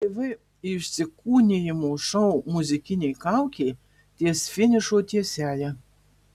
btv įsikūnijimų šou muzikinė kaukė ties finišo tiesiąja